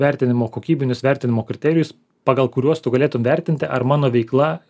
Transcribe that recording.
vertinimo kokybinius vertinimo kriterijus pagal kuriuos tu galėtum vertinti ar mano veikla